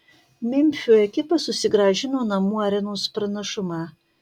memfio ekipa susigrąžino namų arenos pranašumą